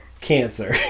Cancer